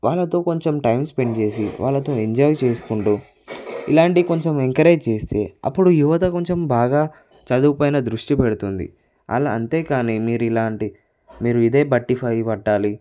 వాళ్ళతో కొంచెం time spend చేసి వాళ్ళతో ఎంజాయ్ చేసుకుంటూ ఇలాంటి కొంచెం ఎంకరేజ్ చేస్తే అప్పుడు యువత కొంచెం బాగా చదువు పైన దృష్టి పెడుతుంది అలా అంతేకానీ మీరు ఇలాంటి మీరు ఇదే బట్టీఫై పట్టాలి